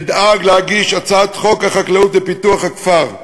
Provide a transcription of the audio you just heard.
אדאג להגיש הצעת חוק החקלאות ופיתוח הכפר.